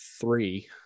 three